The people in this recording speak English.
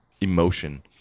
emotion